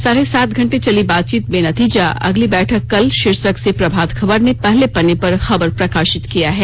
साढ़े सात घंटे चली बातचीत बेनतीजा अगली बैठक कल शीर्षक से प्रभात खबर ने पहले पत्रे पर खबर प्रकाशित किया है